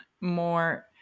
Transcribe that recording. more